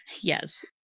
Yes